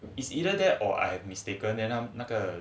it's either that or I have mistaken and ah 那个